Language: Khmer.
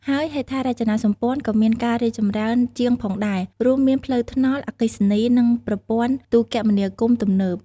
ហើយហេដ្ឋារចនាសម្ព័ន្ធ ក៏មានការរីកចម្រើនជាងផងដែរ រួមមានផ្លូវថ្នល់ អគ្គិសនី និងប្រព័ន្ធទូរគមនាគមន៍ទំនើប។